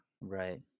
Right